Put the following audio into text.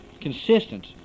Consistent